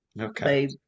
Okay